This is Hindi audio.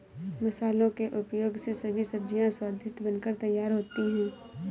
मसालों के उपयोग से सभी सब्जियां स्वादिष्ट बनकर तैयार होती हैं